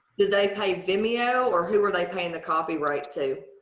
did they pay vimeo or who are they paying the copyright to?